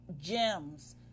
gems